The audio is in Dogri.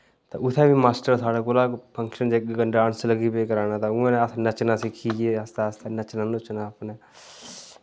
तां उत्थै बी मास्टर साढ़े कोला फंक्शन जे क डांस लगी पे कराना तां उ'आं नै अस नच्चना सिक्खी गे आस्तै आस्तै नच्चना नुच्चना अपना